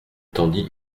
tendit